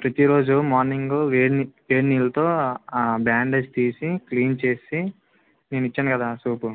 ప్రతీ రోజు మార్నింగ్ వేడి నీళ్ళతో ఆ బ్యాండేజ్ తీసి క్లీన్ చేసి నేను ఇచ్చాను కదా సోపు